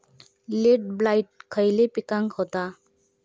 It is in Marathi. लेट ब्लाइट खयले पिकांका होता?